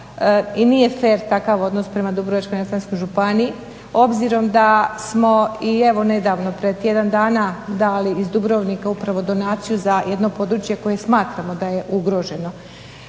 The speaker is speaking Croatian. i nije fer takav odnos prema Dubrovačko-neretvanskoj županiji obzirom da smo i evo nedavno pred tjedan dana dali iz Dubrovnika upravo donaciju za jedno područje koje smatramo da je ugroženo.